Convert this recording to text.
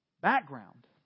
background